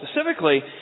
specifically